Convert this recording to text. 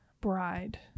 bride